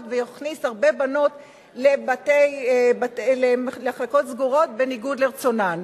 ויכניס הרבה בנות למחלקות סגורות בניגוד לרצונן.